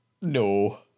No